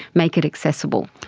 make it accessible.